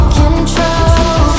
control